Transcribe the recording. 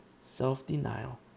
Self-denial